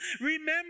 Remember